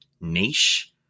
niche